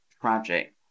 tragic